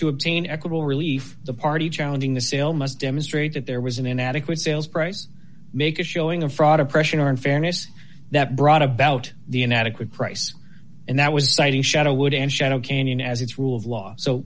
to obtain equable relief the party challenging the sale must demonstrate that there was an inadequate sales price make a showing of fraud oppression or unfairness that brought a bag out the inadequate price and that was citing shadow wood and shadow canyon as its rule of law so